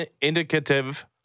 indicative